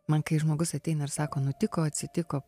man kai žmogus ateina ir sako nutiko atsitiko